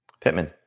Pittman